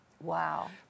Wow